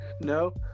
No